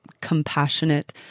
compassionate